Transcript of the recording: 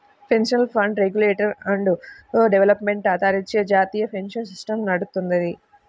pension fund regulatory and development అథారిటీచే జాతీయ pension system నడుత్తది